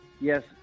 Yes